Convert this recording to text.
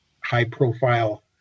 high-profile